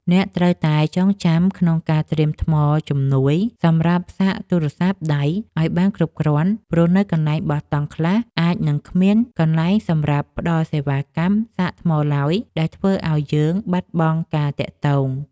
អ្នកត្រូវតែចងចាំក្នុងការត្រៀមថ្មជំនួយសម្រាប់សាកទូរស័ព្ទដៃឱ្យបានគ្រប់គ្រាន់ព្រោះនៅកន្លែងបោះតង់ខ្លះអាចនឹងគ្មានកន្លែងសម្រាប់ផ្តល់សេវាកម្មសាកថ្មឡើយដែលធ្វើឱ្យយើងបាត់បង់ការទាក់ទង។